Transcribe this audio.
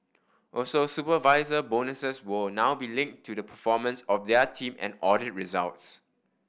also supervisor bonuses will now be linked to the performance of their team and audit results